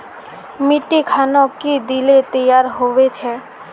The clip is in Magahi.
मिट्टी खानोक की दिले तैयार होबे छै?